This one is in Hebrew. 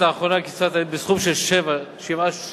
האחרונה לקצבת הילדים בסכום של 7 שקלים